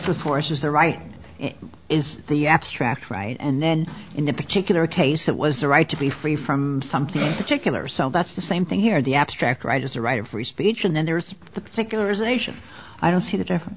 forces the right is the abstract right and then in the particular case it was the right to be free from something particular so that's the same thing here in the abstract right as a right of free speech and then there's the particular zation i don't see the difference